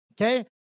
okay